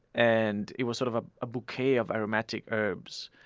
and it was sort of ah a bouquet of aromatic herbs,